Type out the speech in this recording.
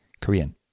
korean